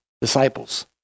disciples